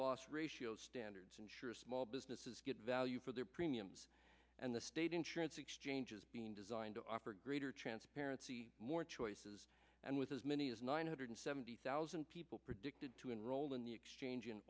loss ratio standards ensure small businesses get value for their premiums and the state insurance exchanges being designed to operate greater transparency more choices and with as many as nine hundred seventy thousand people predicted to enroll in the exchange in